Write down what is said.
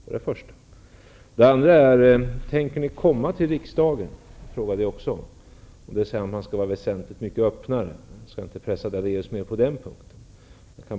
Jag frågade också om ni tänker vara väsentligt mycket öppnare även i riksdagen? Jag skall inte pressa Lennart Daléus mer på den punkten.